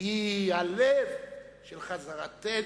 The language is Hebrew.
היא הלב של חזרתנו,